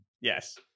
Yes